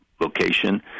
location